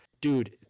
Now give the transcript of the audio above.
dude